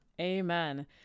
Amen